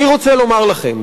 אני רוצה לומר לכם,